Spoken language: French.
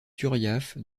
turiaf